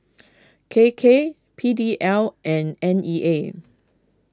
K K P D L and N E A